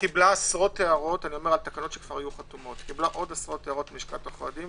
קיבלה עוד עשרות הערות על תקנות שכבר היו חתומות מלשכת עורכי הדין,